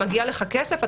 מגיע לך כסף,